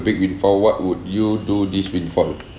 big windfall what would you do this windfall